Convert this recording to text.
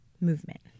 movement